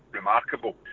remarkable